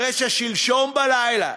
הרי ששלשום בלילה,